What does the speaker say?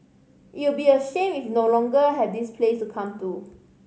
it'll be a shame if we no longer have this place to come to